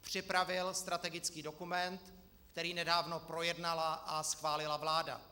Připravil strategický dokument, který nedávno projednala a schválila vláda.